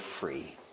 free